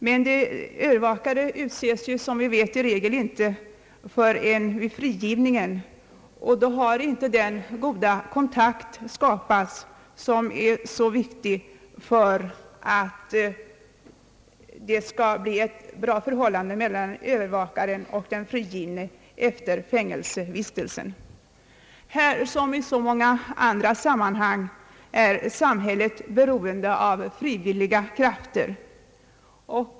Men övervakare utses i regel inte förrän vid frigivningen, och då har inte den goda kontakt hunnit skapas, som är så viktig för att det skall bli ett bra förnållande mellan övervakaren och den frigivne. Här som i så många andra samman hang är ett samhälle beroende av frivilliga krafter.